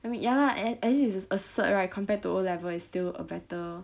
I mean ya lah as as it just a cert right compared to o level is still a better